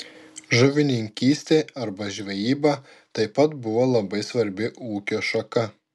žuvininkystė arba žvejyba taip pat buvo labai svarbi ūkio šaka